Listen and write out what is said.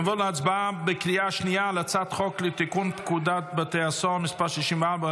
נעבור להצבעה בקריאה שנייה על הצעת חוק לתיקון פקודת בתי הסוהר (מס' 64,